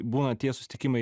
būna tie susitikimai